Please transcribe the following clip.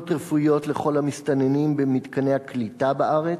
רפואיות לכל המסתננים במתקני הקליטה בארץ?